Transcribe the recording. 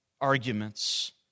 arguments